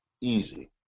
easy